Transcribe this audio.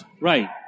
Right